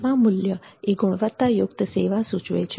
સેવા મૂલ્ય એ ગુણવત્તાયુક્ત સેવા સુચવે છે